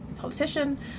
politician